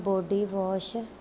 body wash